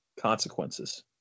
consequences